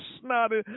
snotty